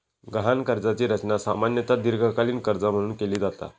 गहाण कर्जाची रचना सामान्यतः दीर्घकालीन कर्जा म्हणून केली जाता